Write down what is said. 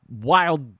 wild